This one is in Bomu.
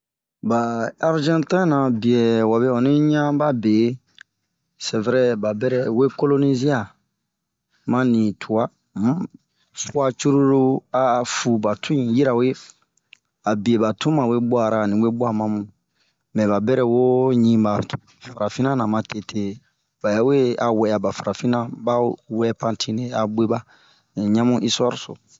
Ba arzantɛn ra ,be wabe ɔnni ɲan babee, sɛvɛrɛ, bawe kolonizia ma niituan hunh. Fua cururu a 'a fu batun yirawe a bieba tunma we buara ,amu webua mamu, mɛɛ ba bira wo ɲii ba farafina na matete, bawe a wɛ'a ba farafina ba wɛɛ pantire a gueba. un ɲanbun istuare so.